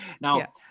Now